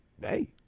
Hey